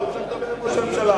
הוא צריך לדבר עם ראש הממשלה.